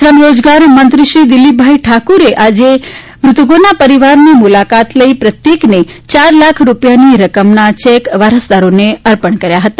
શ્રમ રોજગાર મંત્રી શ્રી દીલીપકુમાર ઠાકોરે આજે મૃતકોના પરિવારની મુલાકાત લઈ પ્રત્યકને ચાર લાખ રૂપિયાની રકમના ચેક વારસદારોને અર્પણ કર્યા હતા